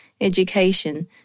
education